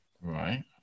right